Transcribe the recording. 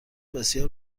بسیار